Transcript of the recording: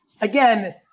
again